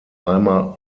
einmal